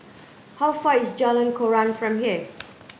how far is Jalan Koran from here